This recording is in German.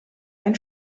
ein